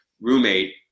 roommate